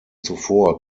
zuvor